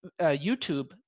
YouTube